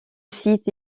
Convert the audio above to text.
site